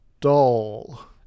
dull